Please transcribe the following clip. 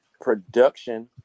production